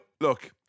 look